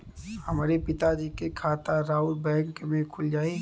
हमरे पिता जी के खाता राउर बैंक में खुल जाई?